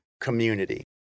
community